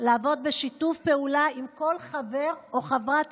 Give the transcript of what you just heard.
לעבוד בשיתוף פעולה עם כל חבר או חברת